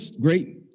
great